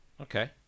Okay